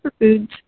Superfoods